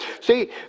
see